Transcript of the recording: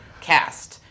cast